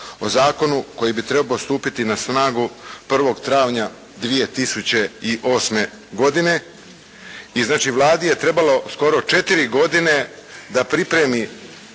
o zakonu koji bi trebao stupiti na snagu 1. travnja 2008. godine i znači Vladi je trebalo skoro četiri godine da pripremi